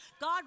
God